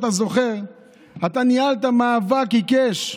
אתה זוכר שאתה ניהלת מאבק עיקש,